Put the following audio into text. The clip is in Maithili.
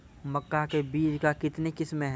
मक्का के बीज का कितने किसमें हैं?